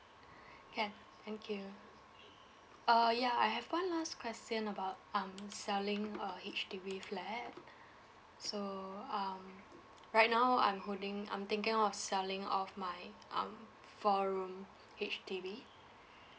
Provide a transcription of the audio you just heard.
can thank you uh ya I have one last question about um selling a H_D_B flat so um right now I'm holding I'm thinking of selling off my um four room H_D_B